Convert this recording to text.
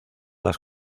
las